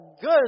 good